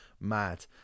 mad